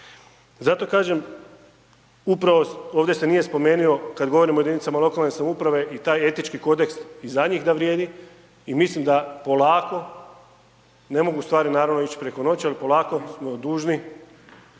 Zato kažem upravo ovdje se nije spomenio kad govorimo o jedinicama lokalne samouprave i taj etički kodeks i za njih da vrijedi i mislim da polako ne mogu stvari naravno ići preko noći, ali polako mi smo dužni